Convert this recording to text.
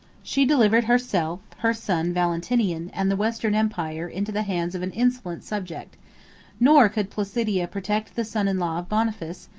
she delivered herself, her son valentinian, and the western empire, into the hands of an insolent subject nor could placidia protect the son-in-law of boniface,